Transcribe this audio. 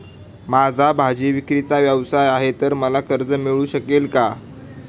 माझा भाजीविक्रीचा व्यवसाय आहे तर मला कर्ज मिळू शकेल का?